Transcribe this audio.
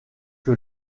que